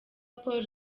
paul